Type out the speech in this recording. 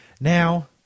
Now